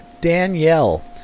Danielle